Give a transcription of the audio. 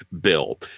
bill